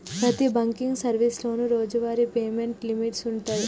ప్రతి బాంకింగ్ సర్వీసులోనూ రోజువారీ పేమెంట్ లిమిట్స్ వుంటయ్యి